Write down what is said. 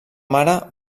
mare